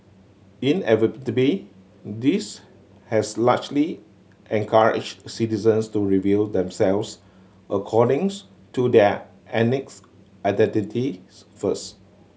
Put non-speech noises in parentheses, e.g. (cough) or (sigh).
inevitably this has largely encouraged citizens to review themselves according (unintelligible) to their (unintelligible) identities first